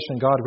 God